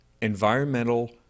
Environmental